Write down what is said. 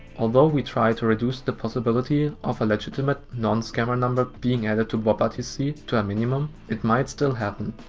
although we try to reduce the possibility of a legitimate non-scammer number being added to but but bobrtc to a minimum, it might still happen.